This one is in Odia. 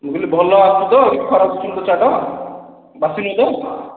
ମୁଁ କହିଲି ଭଲ ତ କିଛି ଖରାପ ତ ଚାଟ୍ ବାସୀ ନୁହେଁ ତ